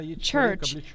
church